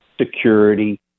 security